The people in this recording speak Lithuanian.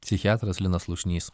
psichiatras linas slušnys